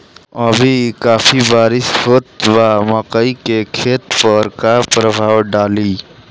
अभी काफी बरिस होत बा मकई के खेत पर का प्रभाव डालि?